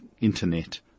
internet